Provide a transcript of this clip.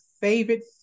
favorite